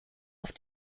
auf